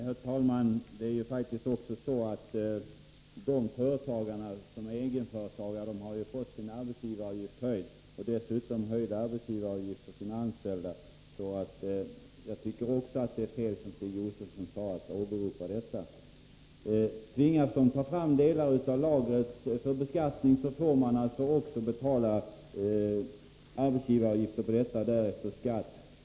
Herr talman! Det är faktiskt också så, att egenföretagarna har fått sina arbetsgivaravgifter höjda. Dessutom har de fått höjda arbetsgivaravgifter för sina anställda. Jag tycker också att det, som Stig Josefson sade, är fel att åberopa detta. Tvingas dessa företagare att ta fram delar av lagret för beskattning, får de också betala arbetsgivaravgifter och därefter skatt.